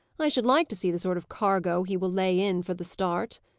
i should like to see the sort of cargo he will lay in for the start.